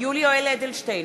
יולי יואל אדלשטיין,